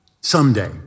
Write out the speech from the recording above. Someday